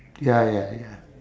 ya ya ya